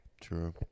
True